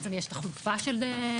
בעצם יש תחלופה של דיירים,